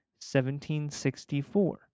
1764